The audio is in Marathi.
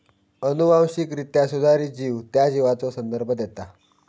अनुवांशिकरित्या सुधारित जीव त्या जीवाचो संदर्भ देता